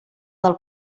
del